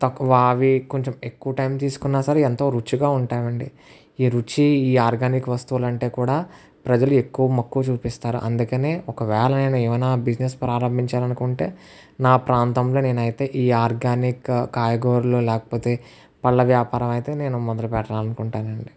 తక్కువ అవి కొంచెం ఎక్కువ టైం తీసుకున్న సరే ఎంతో రుచిగా ఉంటాయి అండి ఈ రుచి ఈ ఆర్గానిక్ వస్తువులు అంటే కూడా ప్రజలు ఎక్కువ మక్కువ చూపిస్తారు అందుకనే ఒకవేళ ఏమైనా బిజినెస్ ప్రారంభించాలి అనుకుంటే నా ప్రాంతంలో నేను అయితే ఈ ఆర్గానిక్ కాయగూరలు లేకపోతే పల్లె వ్యాపారం అయితే నేను మొదలు పెట్టాలనుకుంటానండి